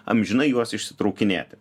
amžinai juos išsitraukinėti